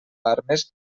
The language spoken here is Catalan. armes